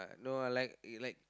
no I like he like